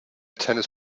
tennis